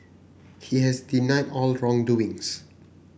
he has denied all wrongdoings